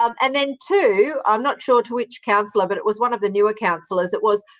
um and then too, i'm not sure to which councillor, but it was one of the newer councillors, it was,